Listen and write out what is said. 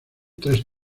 tres